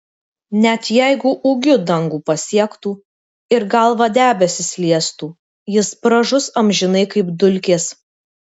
net jeigu ūgiu dangų pasiektų ir galva debesis liestų jis pražus amžinai kaip dulkės